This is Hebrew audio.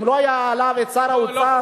אם לא היה עליו שר האוצר,